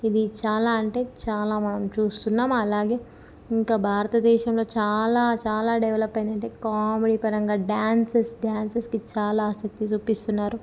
ఇది చాలా అంటే చాలా మనం చూస్తున్నాం అలాగే ఇంకా భారతదేశంలో చాలా చాలా డెవలప్ అయ్యిందంటే కామెడీ పరంగా డ్యాన్సస్ డ్యాన్సస్కి చాలా ఆసక్తి చూపిస్తున్నారు